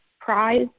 prize